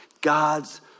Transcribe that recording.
God's